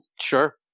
Sure